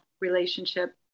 relationship